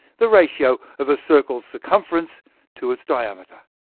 the ratio of a circle's circumference to its diameter.